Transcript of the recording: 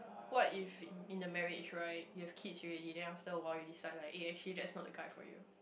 what if in the marriage right you have kids already then after awhile you decide like eh actually that's not the guy for you